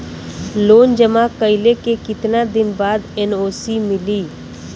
Loan जमा कइले के कितना दिन बाद एन.ओ.सी मिली?